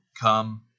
come